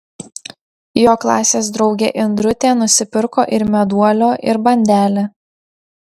jo klasės draugė indrutė nusipirko ir meduolio ir bandelę